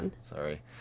Sorry